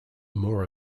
mora